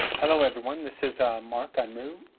hello everyone, this is mark unruh.